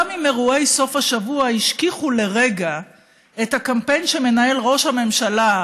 גם אם אירועי סוף השבוע השכיחו לרגע את הקמפיין שמנהל ראש הממשלה,